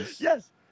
Yes